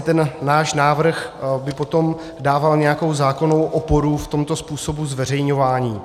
Ten náš návrh by potom dával nějakou zákonnou oporu v tomto způsobu zveřejňování.